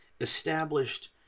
established